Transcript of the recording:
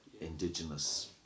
indigenous